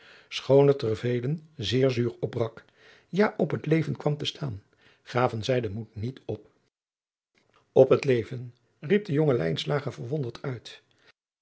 het er velen zeer zuur opbrak ja op het leven kwam te staan gaven zij den moed niet op op het leven riep de jonge lijnslager verwonderd uit